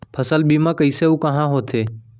फसल बीमा कइसे अऊ कहाँ होथे?